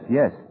yes